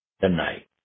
tonight